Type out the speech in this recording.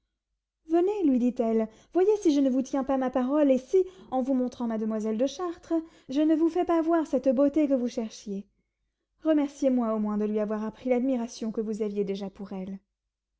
venez lui dit-elle voyez si je ne vous tiens pas ma parole et si en vous montrant mademoiselle de chartres je ne vous fais pas voir cette beauté que vous cherchiez remerciez moi au moins de lui avoir appris l'admiration que vous aviez déjà pour elle